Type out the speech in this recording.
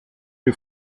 die